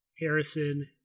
Harrison